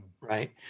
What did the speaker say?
right